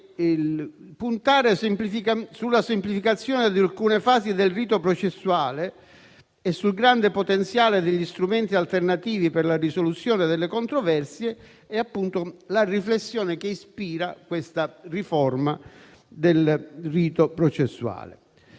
puntare sulla semplificazione di alcune fasi del rito processuale e sul grande potenziale degli strumenti alternativi per la risoluzione delle controversie è la riflessione che ispira questa riforma del rito processuale.